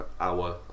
hour